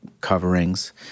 coverings